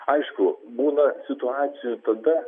aišku būna situacijų tada